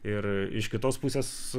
ir iš kitos pusės